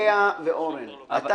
לאה פדידה ואורן חזן,